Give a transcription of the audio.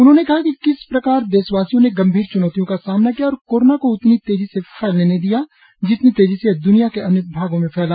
उन्होंने कहा कि किस प्रकार देशवासियों ने गंभीर च्नौतियों का सामना किया और कोरोना को उतनी तेजी से फैलने नहीं दिया जितनी तेजी से यह द्निया के अन्य भागों में फैला